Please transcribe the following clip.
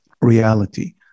reality